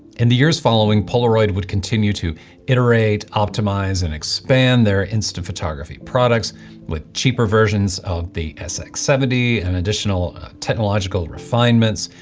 in the years following, polaroid would continue to iterate, optimize and expand their instant photography products with cheaper versions of the sx seventy and additional technological refinements,